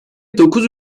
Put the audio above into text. dokuz